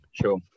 Sure